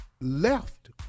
left